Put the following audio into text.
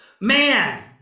man